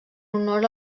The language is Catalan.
honor